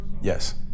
Yes